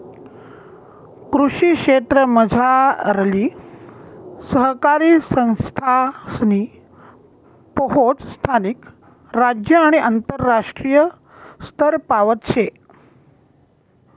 कृषी क्षेत्रमझारली सहकारी संस्थासनी पोहोच स्थानिक, राज्य आणि आंतरराष्ट्रीय स्तरपावत शे